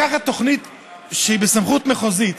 לקחת תוכנית שהיא בסמכות מחוזית,